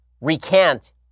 recant